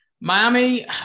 Miami